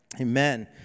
amen